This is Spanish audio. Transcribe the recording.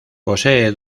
posee